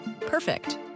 Perfect